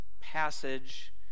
passage